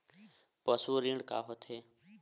पशु ऋण का होथे?